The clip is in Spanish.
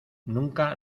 nunca